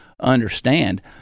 understand